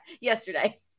yesterday